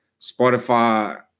Spotify